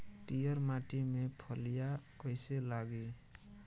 पीयर माटी में फलियां कइसे लागी?